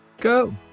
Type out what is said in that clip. go